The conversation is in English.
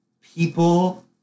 people